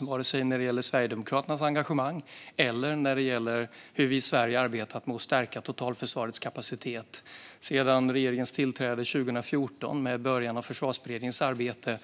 vare sig när det gäller Sverigedemokraternas engagemang eller när det gäller hur vi i Sverige arbetat med att stärka totalförsvarets kapacitet sedan regeringens tillträde 2014 och med början av Försvarsberedningens arbete.